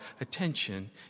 attention